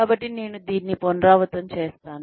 కాబట్టి నేను దీన్ని పునరావృతం చేస్తాను